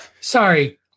Sorry